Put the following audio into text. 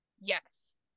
Yes